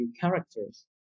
characters